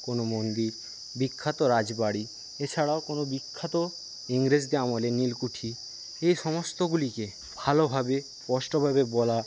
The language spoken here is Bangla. কোন মন্দির বিখ্যাত রাজবাড়ি এছাড়াও কোন বিখ্যাত ইংরেজদের আমলে নীলকুঠি এই সমস্তগুলিকে ভালোভাবে স্পষ্টভাবে বলা